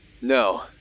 No